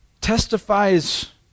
testifies